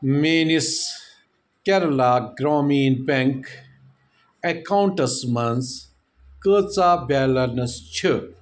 میٲنِس Kerala Gramin bank accounts منٛٛز کۭژاہ بیلَنس چھِ